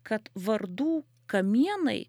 kad vardų kamienai